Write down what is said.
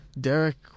Derek